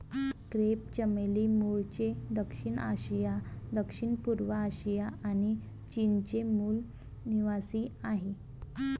crepe चमेली मूळचे दक्षिण आशिया, दक्षिणपूर्व आशिया आणि चीनचे मूल निवासीआहे